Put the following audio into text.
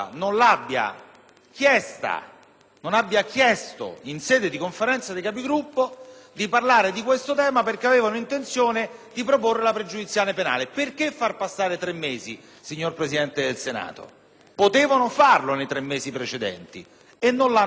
non abbia chiesto in sede di Conferenza dei Capigruppo di parlare di questo tema dato che avevano intenzione di proporre la pregiudiziale penale. Perché far passare tre mesi, signor Presidente del Senato? Potevano farlo nei tre mesi precedenti e non lo hanno fatto.